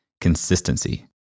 consistency